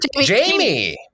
Jamie